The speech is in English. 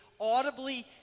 audibly